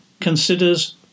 considers